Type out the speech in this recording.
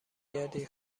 گردی